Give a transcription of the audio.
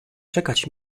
czekać